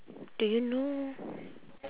do you know